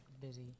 busy